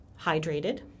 hydrated